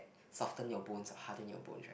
soften your bones or harden your bones right